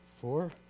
four